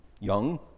Young